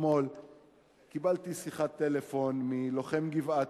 אתמול קיבלתי שיחת טלפון מלוחם גבעתי,